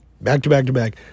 back-to-back-to-back